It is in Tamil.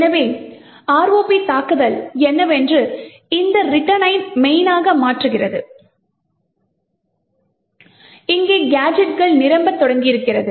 எனவே ROP தாக்குதல் என்னவென்றால் இது இந்த return னை main னாக மாற்றுகிறது மற்றும் இங்கே கேஜெட்களை நிரப்பத் தொடங்குகிறது